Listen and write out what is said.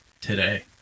today